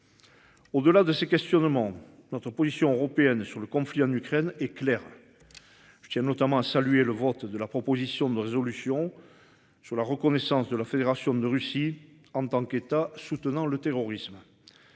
Au-delà de ces questionnements notre position européenne sur le conflit en Ukraine et clair. Je tiens notamment a salué le vote de la proposition de résolution sur la reconnaissance de la Fédération de Russie en tant qu'État soutenant le terrorisme.